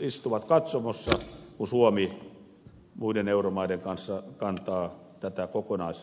istuu katsomossa kun suomi muiden euromaiden kanssa kantaa tätä kokonaisvastuuta